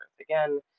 again